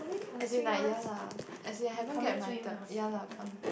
as in like ya lah as in I haven't get my third one ya lah come